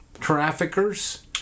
Traffickers